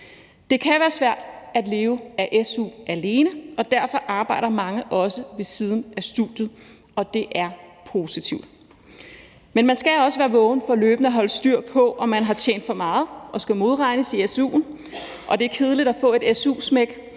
Det kan være svært at leve af su alene, og derfor arbejder mange også ved siden af studiet, og det er positivt. Men man skal også være vågen for løbende at holde styr på, om man har tjent for meget og skal modregnes i su'en, og det er kedeligt at få et su-smæk,